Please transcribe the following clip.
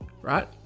right